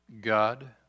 God